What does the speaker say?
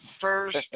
first